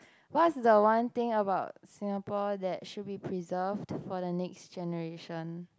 what's the one thing about Singapore that should be preserved for the next generation